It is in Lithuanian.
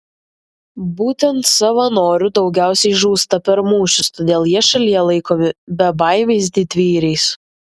būtent savanorių daugiausiai žūsta per mūšius todėl jie šalyje laikomi bebaimiais didvyriais